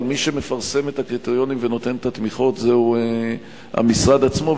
אבל מי שמפרסם את הקריטריונים ונותן את התמיכות זהו המשרד עצמו,